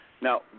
Now